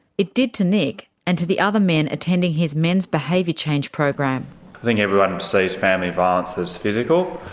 it did to nick, and to the other men attending his men's behaviour change program. i think everyone sees family violence as physical,